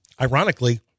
ironically